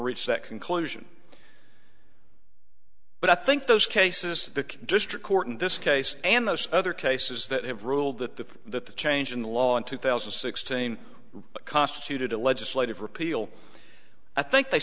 reach that conclusion but i think those cases the district court in this case and those other cases that have ruled that the that the change in the law in two thousand and sixteen constituted a legislative repeal i think they